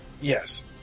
Yes